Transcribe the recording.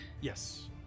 yes